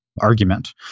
argument